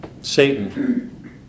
Satan